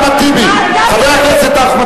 מה את מתערבת?